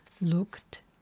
looked